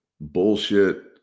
bullshit